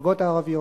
מהמפלגות הערביות,